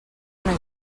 una